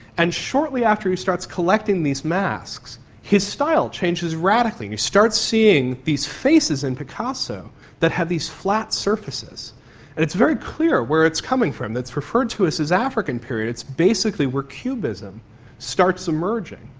and shortly after he starts collecting these masks, his style changes radically and you start seeing these faces in picasso that have these flat surfaces. and it's very clear where it's coming from. it's referred to as his african period, is basically where cubism starts emerging.